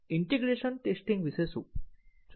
integration testing વિશે શું